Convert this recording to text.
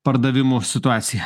pardavimų situacija